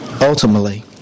ultimately